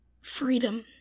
freedom